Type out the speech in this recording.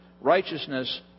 righteousness